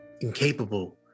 incapable